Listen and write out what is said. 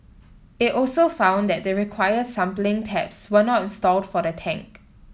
it also found that the required sampling taps were not installed for the tank